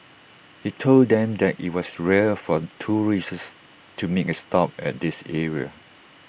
he told them that IT was rare for tourists to make A stop at this area